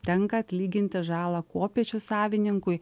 tenka atlyginti žalą kopėčių savininkui